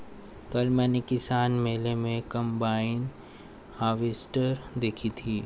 कल मैंने किसान मेले में कम्बाइन हार्वेसटर देखी थी